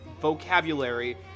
vocabulary